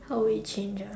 how would it change ah